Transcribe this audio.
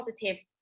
positive